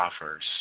offers